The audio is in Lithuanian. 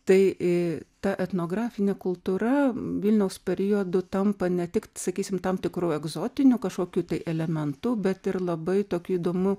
tai ta etnografinė kultūra vilniaus periodu tampa ne tik sakysim tam tikru egzotiniu kažkokiu tai elementu bet ir labai tokiu įdomiu